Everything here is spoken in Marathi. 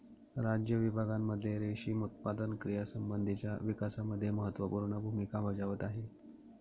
राज्य विभागांमध्ये रेशीम उत्पादन क्रियांसंबंधीच्या विकासामध्ये महत्त्वपूर्ण भूमिका बजावत आहे